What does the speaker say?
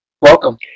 Welcome